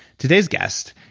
today's guest,